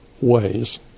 ways